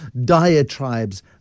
diatribes